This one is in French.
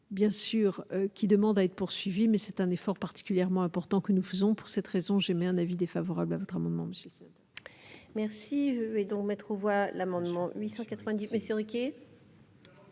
bien sûr, qui demande à être poursuivi, mais c'est un effort particulièrement important que nous faisons pour cette raison, j'émets un avis défavorable à votre amendement monsieur. Merci et donc mettre aux voix l'amendement 890 Monsieur Ruquier.